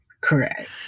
Correct